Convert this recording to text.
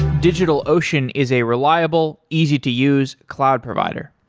digitalocean is a reliable, easy to use cloud provider.